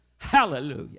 Hallelujah